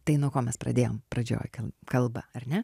tai nuo ko mes pradėjom pradžioj kalbą ar ne